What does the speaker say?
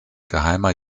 geheimer